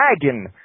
dragon